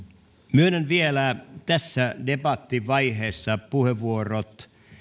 myönnän vielä tässä debattivaiheessa puheenvuorot